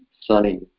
sunny